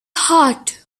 heart